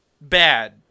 bad